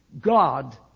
God